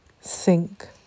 Sink